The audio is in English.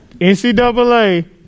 NCAA